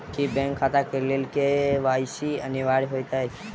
की bank खाता केँ लेल के.वाई.सी अनिवार्य होइ हएत?